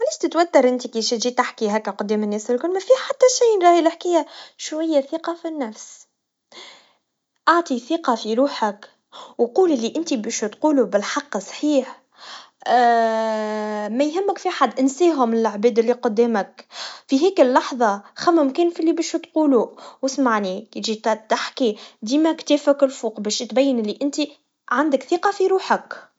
علاش تتوتر انت كيشي تجي تحكي هكا قدام الناس الكل, ما في حتى شي تيجي نراهي نحكيها ثقا في النفس, أعطي ثقا في روحك, وقول اللي انت باش تقوله بالحق صحيح, ميهمكش حد, انساهم العباد اللي قدامك, في هيك اللحظا خمن كان فاللي باش تقوله, واسمعني, كيجي جيت تحكي, ديم كتافك لفوق, بين اللي انت عندك ثقا في روحك.